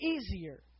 easier